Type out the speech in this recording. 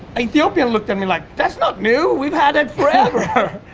ethiopia looked at me like that's not new. we've had it forever.